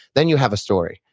then you have a story.